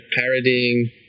parodying